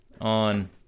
on